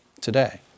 today